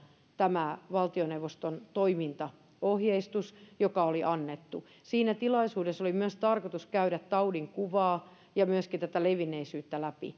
tämä valtioneuvoston toimintaohjeistus joka oli annettu siinä tilaisuudessa oli myös tarkoitus käydä läpi taudinkuvaa ja myöskin tätä levinneisyyttä